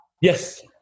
Yes